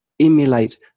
emulate